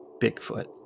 Bigfoot